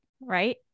Right